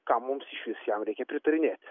kam mums iš vis jam reikia pritarinėti